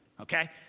Okay